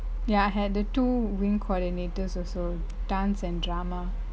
ya I had the two wing coordinators also dance and drama